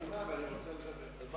היא מסכימה אבל היא רוצה לדבר.